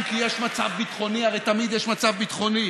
זה מקום שצריכים להגיד שאנחנו קמים ועושים מעשה.